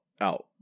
out